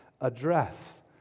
address